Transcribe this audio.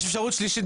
יש אפשרות שלישית,